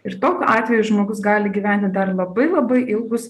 ir tokiu atveju žmogus gali gyventi dar labai labai ilgus